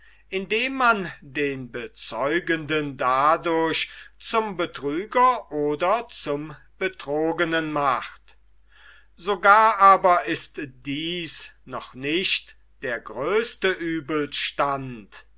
indem man den bezeugenden dadurch zum betrüger oder zum betrogenen macht sogar aber ist dies noch nicht der größte